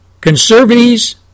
Conservatives